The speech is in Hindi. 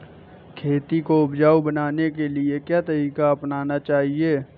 खेती को उपजाऊ बनाने के लिए क्या तरीका अपनाना चाहिए?